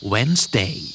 Wednesday